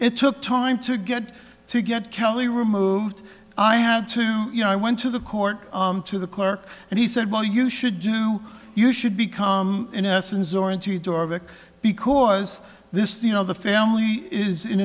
it took time to get to get kelly removed i had to you know i went to the court to the clerk and he said well you should do you should become in essence or into your vic because this you know the family is in